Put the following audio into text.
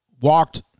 walked